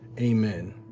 Amen